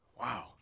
Wow